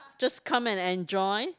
just come and enjoy